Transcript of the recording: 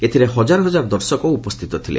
ଏଥିରେ ହଜାର ହଜାର ଦର୍ଶକ ଉପସ୍ଥିତ ଥିଲେ